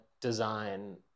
design